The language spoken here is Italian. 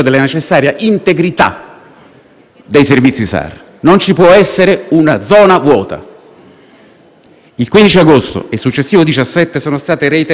Il 15 agosto e successivo 17 agosto sono state reiteratamente effettuate richieste di POS dal Comando generale delle Capitanerie verso il Dipartimento